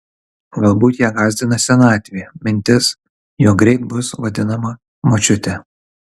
galbūt ją gąsdina senatvė mintis jog greit bus vadinama močiute